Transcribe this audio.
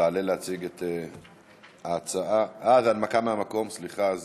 תעלה להציג את ההצעה, זה הנמקה מהמקום, סליחה.